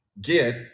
Get